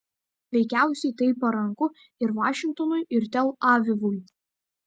veikiausiai tai paranku ir vašingtonui ir tel avivui